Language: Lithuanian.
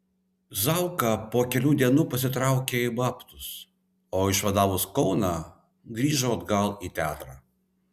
zauka po kelių dienų pasitraukė į babtus o išvadavus kauną grįžo atgal į teatrą